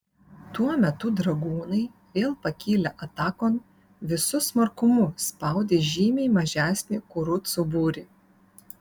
tuo metu dragūnai vėl pakilę atakon visu smarkumu spaudė žymiai mažesnį kurucų būrį